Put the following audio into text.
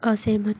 असहमत